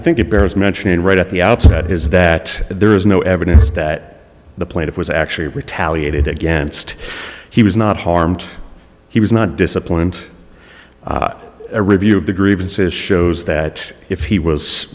think it bears mentioning right at the outset is that there is no evidence that the plaintiff was actually retaliated against he was not harmed he was not disciplined a review of the grievances shows that if he was